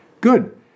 Good